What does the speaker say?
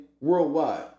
worldwide